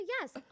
yes